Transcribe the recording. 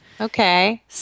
Okay